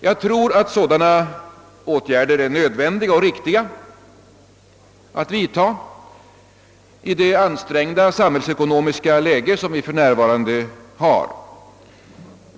Jag tror att det är nödvändigt och riktigt att vidta sådana åtgärder i det ansträngda samhällsekonomiska läge som vi för närvarande befinner oss i.